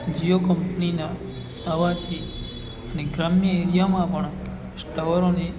જીઓ કંપનીના આવવાથી અને ગ્રામ્ય એરિયામાં પણ ટાવરોને